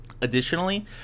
Additionally